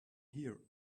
here